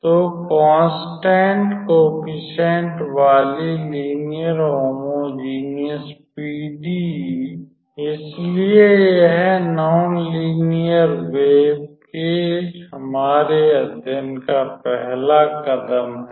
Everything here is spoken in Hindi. तो कोंस्टंट कॉफीसिएंट वाली लीनियर होमोजीनियस पीडीई इसलिए यह नॉन लीनियर वेव् के हमारे अध्ययन का पहला कदम है